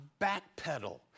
backpedal